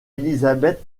élisabeth